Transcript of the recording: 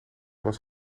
was